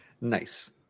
Nice